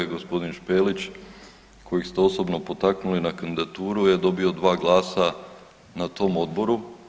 Gospodin Špelić kojeg ste osobno potaknuli na kandidaturu je dobio dva glasa na tom odboru.